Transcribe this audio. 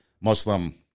Muslim